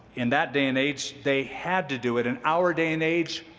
in that day and age they had to do it in our day and age